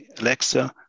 Alexa